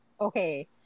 Okay